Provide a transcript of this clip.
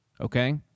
okay